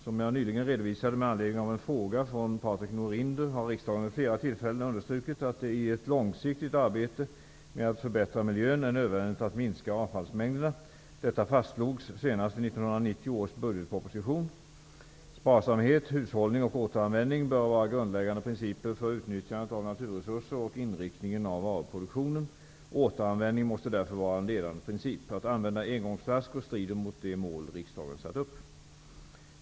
Som jag nyligen redovisade med anledning av en fråga från Patrik Norinder har riksdagen vid flera tillfällen understrukit att det i ett långsiktigt arbete med att förbättra miljön är nödvändigt att minska avfallsmängderna. Detta fastslogs senast i 1990 års budgetproposition . Sparsamhet, hushållning och återanvändning bör vara grundläggande principer för utnyttjandet av naturresurser och inriktningen av varuproduktionen. Återanvändning måste därför vara en ledande princip. Att använda engångsflaskor strider mot de mål riksdagen satt upp.